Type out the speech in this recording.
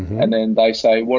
and then they say, what